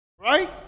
Right